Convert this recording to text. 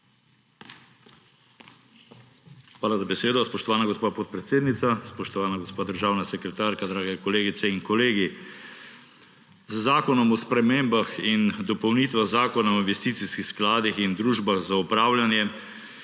Hvala za besedo, spoštovana gospa podpredsednica. Spoštovana gospa državna sekretarka, dragi kolegice in kolegi! Z Zakonom o spremembah in dopolnitvah Zakona o investicijskih skladih in družbah za upravljanje